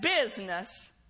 business